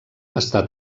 està